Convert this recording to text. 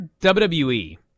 WWE